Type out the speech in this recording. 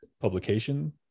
publication